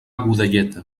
godelleta